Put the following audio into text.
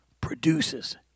produces